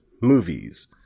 movies